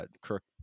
Kirk